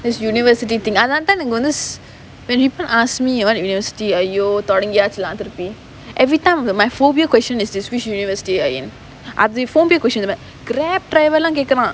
this university thing another time when got this when peope ask me ah which university !aiyo! தொடங்கியாச்சு:thodangiyaachu lah திருப்பி:thiruppi everytime my phobia question is this which university are you in அது:athu faulty question இந்த மாறி:intha maari Grab drive எல்லாம் கேக்குறான்:ellaam kekuraan